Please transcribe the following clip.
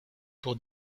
pour